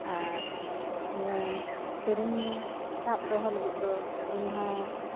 ᱟᱨ ᱱᱤᱭᱟᱹ ᱥᱤᱨᱤᱧ ᱥᱟᱵ ᱫᱚᱦᱚ ᱞᱟᱹᱜᱤᱫ ᱫᱚ ᱤᱧᱦᱚᱸ